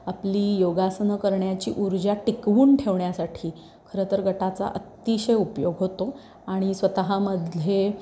आपली योगासनं करण्याची ऊर्जा टिकवून ठेवण्यासाठी खरंतर गटाचा अतिशय उपयोग होतो आणि स्वतःमधले